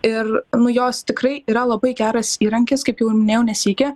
ir nu jos tikrai yra labai geras įrankis kaip jau ne sykį